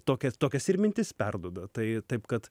tokias tokias ir mintis perduoda tai taip kad